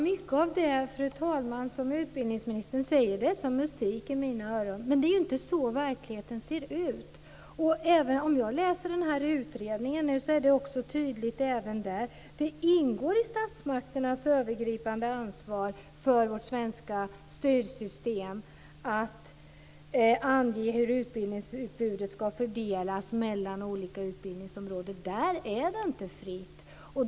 Fru talman! Mycket av det utbildningsministern säger är som musik i mina öron, men det är inte så verkligheten ser ut. I utredningen står det tydligt att det ingår i statsmakternas övergripande ansvar för vårt svenska stödsystem att ange hur utbildningsutbudet ska fördelas mellan olika utbildningsområden. Där är det inte fritt.